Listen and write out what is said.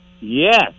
Yes